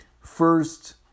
first